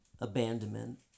abandonment